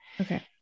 Okay